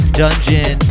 dungeon